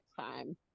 time